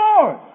Lord